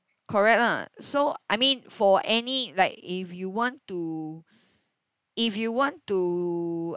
correct lah so I mean for any like if you want to if you want to